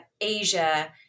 Asia